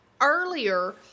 earlier